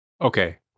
Okay